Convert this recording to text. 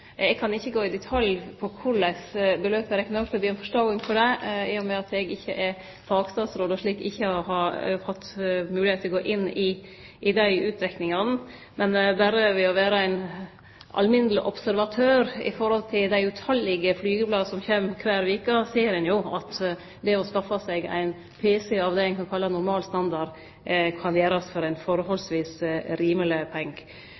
Eg kan ikkje gå i detalj på korleis beløpet er rekna ut, eg ber om forståing for det, i og med at eg ikkje er fagstatsråd og derfor ikkje har hatt moglegheit til å gå inn i dei utrekningane. Men berre ved å vere ein alminneleg observatør av dei tallause flygeblada som kjem kvar veke, ser ein jo at det å skaffe seg ein pc av det ein kan kalle normal standard, kan ein gjere for ein